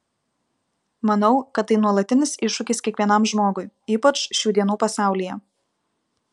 manau kad tai nuolatinis iššūkis kiekvienam žmogui ypač šių dienų pasaulyje